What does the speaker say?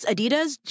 Adidas